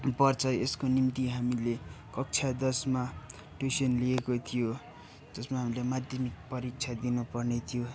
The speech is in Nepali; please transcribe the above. पर्छ यसको तिम्ति हामीले कक्षा दसमा ट्युसन लिएको थियो जसमा हामीले माध्यमिक परिक्षा दिनु पर्ने थियो